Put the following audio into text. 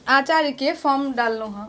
आचार्यके form डाललहुॅं हैं